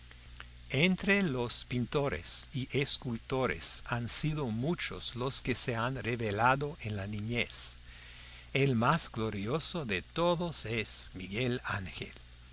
entre los pintores y escultores han sido muchos los que se han revelado en la niñez el más glorioso de todos es miguel ángel